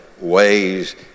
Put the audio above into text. ways